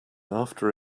after